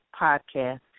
podcast